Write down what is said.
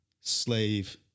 slave